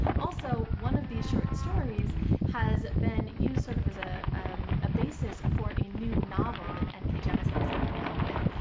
also one of these short stories has been used sort of as ah um a basis for a new novel that n. k. jemisin is coming out with,